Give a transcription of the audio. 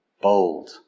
bold